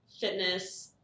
fitness